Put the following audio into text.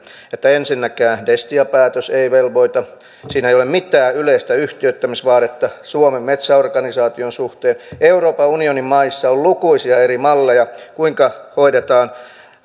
että ensinnäkään destia päätös ei velvoita siinä ei ole mitään yleistä yhtiöittämisvaadetta suomen metsäorganisaation suhteen euroopan unionin maissa on lukuisia eri malleja kuinka hoidetaan